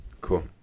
cool